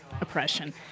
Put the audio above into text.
oppression